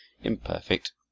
imperfect